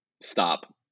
stop